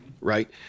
right